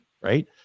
right